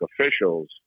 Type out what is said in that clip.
officials